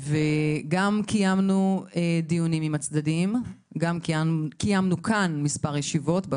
קיימנו דיונים עם הצדדים וקיימנו כאן מספר ישיבות.